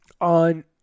on